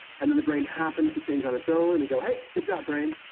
and then the brain happen to change on its own, and we go, hey, good job, brain.